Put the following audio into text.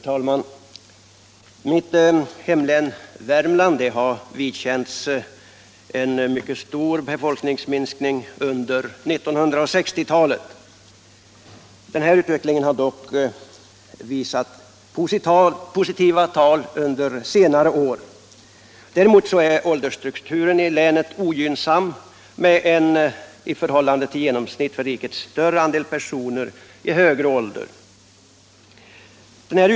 Herr talman! Mitt hemlän Värmland har fått vidkännas en mycket stor befolkningsminskning under 1960-talet. Befolkningsutvecklingen har dock visat positiva tal under senare år. Däremot är ålderstrukturen i länet ogynnsam med en i förhållande till genomsnittet för riket större andel personer i högre åldrar.